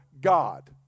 God